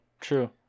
True